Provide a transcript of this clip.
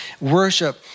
worship